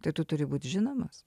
tai tu turi būt žinomas